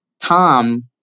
Tom